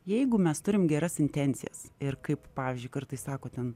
jeigu mes turim geras intencijas ir kaip pavyzdžiui kartais sako ten